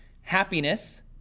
Happiness